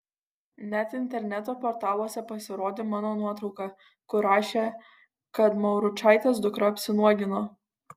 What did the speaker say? net interneto portaluose pasirodė mano nuotrauka kur rašė kad mauručaitės dukra apsinuogino